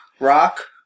Rock